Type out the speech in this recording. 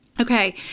Okay